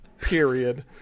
period